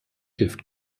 hilft